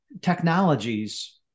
technologies